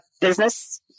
business